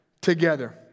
together